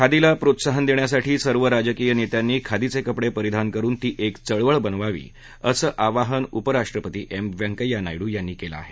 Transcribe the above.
खादीला प्रोत्साहन देण्यासाठी सर्व राजकीय नेत्यांनी खादीचे कपडे परिधान करून ती एक चळवळ बनवावी असं आवाहन उपराष्ट्रपती एम व्यंकय्या नायडू यांनी केलं आहे